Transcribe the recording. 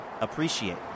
appreciate